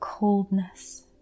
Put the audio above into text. coldness